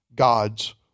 God's